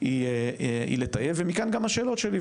היא לטייב ומכאן גם השאלות שלי,